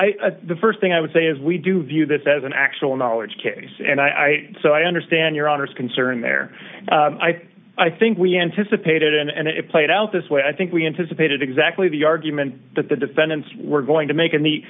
i the st thing i would say is we do view this as an actual knowledge case and i so i understand your honour's concern there i think i think we anticipated and it played out this way i think we anticipated exactly the argument that the defendants were going to make in the